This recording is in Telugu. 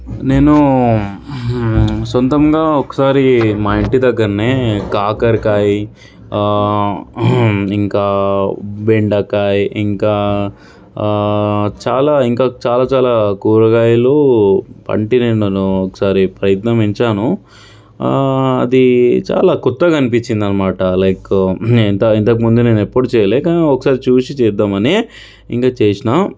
నేను సొంతంగా ఒకసారి మా ఇంటి దగ్గరనే కాకరకాయ ఇంకా బెండకాయ ఇంకా చాలా ఇంకా చాలా చాలా కూరగాయలు పంటినిండను ఒకసారి ప్రయత్ననించాను అది చాలా కొత్తగా కనిపించిందన్నమాట లైక్ ఇంత ఇంతకుముందు ఎప్పుడు చేయలేదు కానీ ఒకసారి చూసి చేద్దామని ఇంకా చేసినా